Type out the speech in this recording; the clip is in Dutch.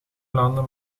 landen